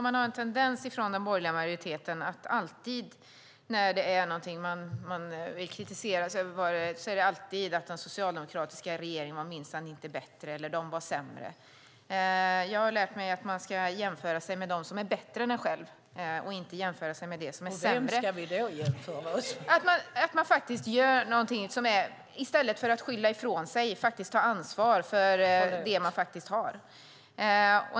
Herr talman! När det är någonting man vill kritisera har den borgerliga majoriteten en tendens att säga att den socialdemokratiska regeringen minsann inte var bättre. Jag har lärt mig att man ska jämföra sig med dem som är bättre än en själv och inte med dem som är sämre. I stället för att skylla ifrån ska man ta ansvar för det man har.